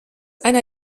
einer